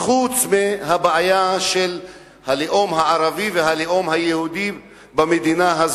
חוץ מהבעיה של הלאום הערבי והלאום היהודי במדינה הזאת,